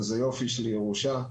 וזאת יופי של ירושה.